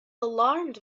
alarmed